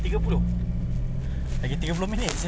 tapi aku hantar puteri balik dulu